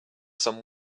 some